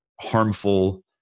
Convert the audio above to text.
harmful